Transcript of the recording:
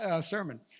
sermon